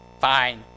Fine